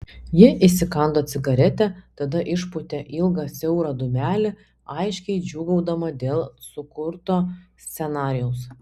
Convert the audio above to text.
ji įsikando cigaretę tada išpūtė ilgą siaurą dūmelį aiškiai džiūgaudama dėl sukurto scenarijaus